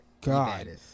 god